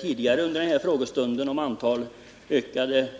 Tidigare under denna frågestund har det talats om en ökning av antalet